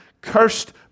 Cursed